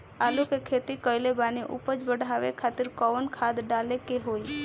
आलू के खेती कइले बानी उपज बढ़ावे खातिर कवन खाद डाले के होई?